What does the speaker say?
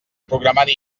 programari